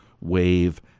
Wave